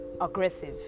aggressive